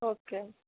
okay